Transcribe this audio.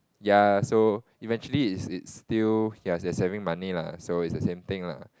ya so eventually it's it's still ya you're saving money lah so is the same thing lah